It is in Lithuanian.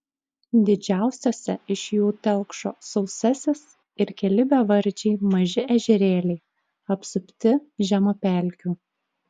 didžiausiose iš jų telkšo sausasis ir keli bevardžiai maži ežerėliai apsupti žemapelkių